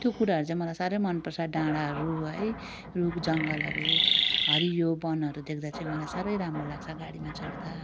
त्यो कुराहरू चाहिँ मलाई साह्रो मन पर्छ डाँडाहरू है रुख जङ्गलहरू हरियो वनहरू देख्दा चाहिँ मलाई साह्रो राम्रो लाग्छ गाडीमा चढ्दा